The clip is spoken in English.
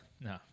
No